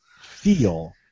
feel